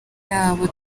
yabo